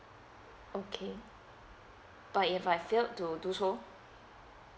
okay but if I failed to do so